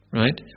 right